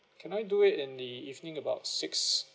can I do it in the evening about six